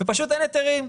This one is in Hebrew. ופשוט אין היתרים.